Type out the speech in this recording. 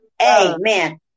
Amen